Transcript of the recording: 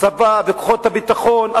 הצבא וכוחות הביטחון,